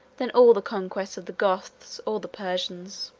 than all the conquests of the goths or the persians.